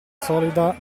solida